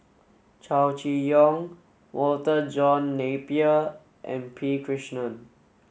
Chow Chee Yong Walter John Napier and P Krishnan